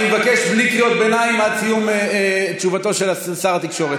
אני מבקש בלי קריאות ביניים עד סיום תשובתו של שר התקשורת.